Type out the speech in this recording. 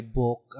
book